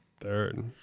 Third